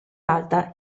alta